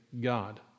God